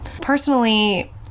Personally